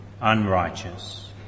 unrighteous